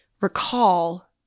recall